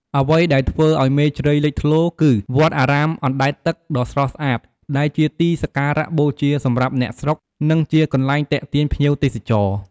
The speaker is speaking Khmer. អ្វីដែលធ្វើឱ្យ មេជ្រៃលេចធ្លោ គឺវត្តអារាមអណ្ដែតទឹកដ៏ស្រស់ស្អាត ដែលជាទីសក្ការៈបូជាសម្រាប់អ្នកស្រុក និងជាកន្លែងទាក់ទាញភ្ញៀវទេសចរ។